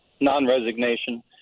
non-resignation